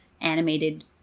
animated